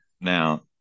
Now